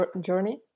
journey